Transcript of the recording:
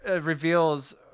reveals